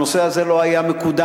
הנושא הזה לא היה מקודם.